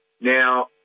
Now